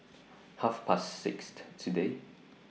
Half Past today